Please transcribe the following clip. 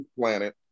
planet